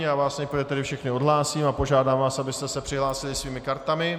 Já vás nejprve tedy všechny odhlásím a požádám vás, abyste se přihlásili svými kartami...